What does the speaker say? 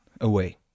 away